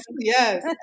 Yes